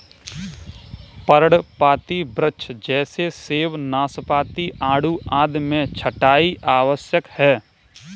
पर्णपाती वृक्ष जैसे सेब, नाशपाती, आड़ू आदि में छंटाई आवश्यक है